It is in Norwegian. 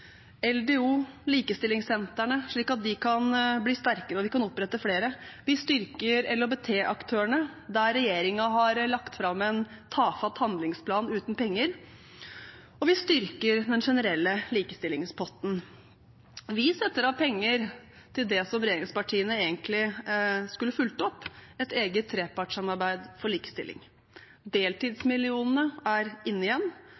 LDO, likestillingssentrene – slik at de kan bli sterkere og vi kan opprette flere. Vi styrker LHBT-aktørene, der regjeringen har lagt fram en tafatt handlingsplan uten penger, og vi styrker den generelle likestillingspotten. Vi setter av penger til det som regjeringspartiene egentlig skulle fulgt opp, et eget trepartssamarbeid for likestilling. Deltidsmillionene er inne igjen,